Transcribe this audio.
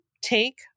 take